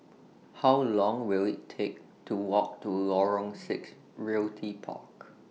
How Long Will IT Take to Walk to Lorong six Realty Park